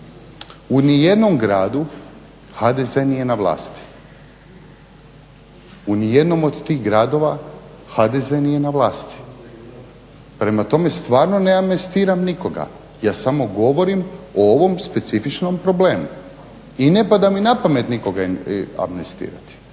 u nijednom gradu HDZ nije na vlasti, u nijednom od tih gradova HDZ nije na vlasti. Prema tome stvarno ne amnestiram nikoga, ja samo govorim o ovom specifičnom problemu i ne pada mi na pamet nikoga amnestirati